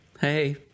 Hey